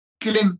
killing